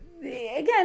again